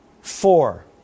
Four